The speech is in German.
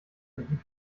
blieb